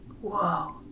Whoa